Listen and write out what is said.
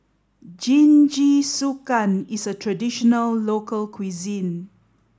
Jingisukan is a traditional local cuisine